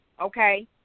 okay